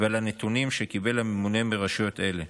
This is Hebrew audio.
ועל הנתונים שקיבל הממונה מרשויות אלה.